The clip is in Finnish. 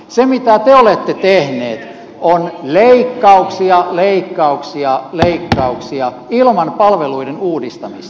se mitä te olette tehneet on leikkauksia leikkauksia leikkauksia ilman palveluiden uudistamista